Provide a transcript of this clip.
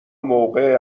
موقع